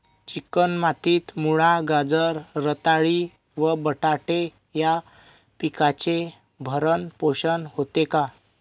Chicken मातीत मुळा, गाजर, रताळी व बटाटे या पिकांचे भरण पोषण होते का?